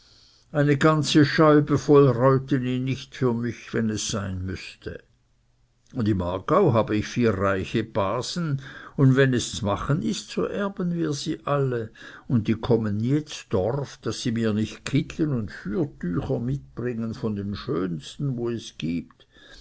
eine ganze scheube voll reuten ihn nicht für mich wenn es sein müßte und im aargau habe ich vier reiche basen und wenn es z'machen ist so erben wir sie alle und die kommen nie zdorf daß sie mir nicht kittlen und fürtücher mitbringen von den schönsten wo es gibt